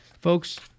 folks